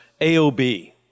AOB